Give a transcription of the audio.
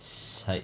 sides